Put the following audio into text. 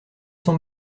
sont